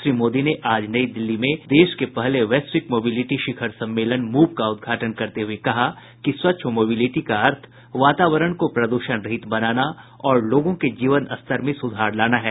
श्री मोदी ने आज नई दिल्ली में देश के पहले वैश्विक मोबिलिटी शिखर सम्मेलन मूव का उद्घाटन करते हुए कहा कि स्वच्छ मोबिलिटी का अर्थ वातावरण को प्रद्षणरहित बनाना और लोगों के जीवन स्तर में सुधार लाना है